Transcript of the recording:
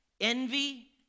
envy